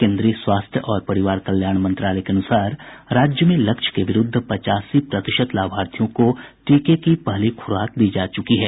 केन्द्रीय स्वास्थ्य और परिवार कल्याण मंत्रालय के अनुसार राज्य में लक्ष्य के विरूद्व पचासी प्रतिशत लाभार्थियों को टीके की पहली खुराक दी जा चुकी है